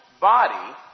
body